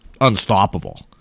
unstoppable